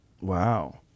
Wow